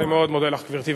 אני מאוד מודה לך, גברתי.